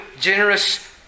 generous